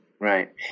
right